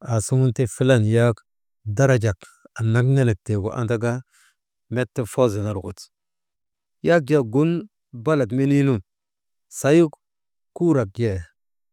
aasuŋun ti filan yak darajak annak nenegu andaka, met foozo nirgu ti, yak jaa gun balat menii nun sahikuurak jee.